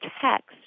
text